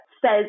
says